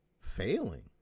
failing